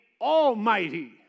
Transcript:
almighty